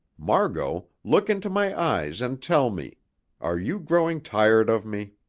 margot, look into my eyes and tell me are you growing tired of me?